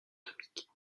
atomique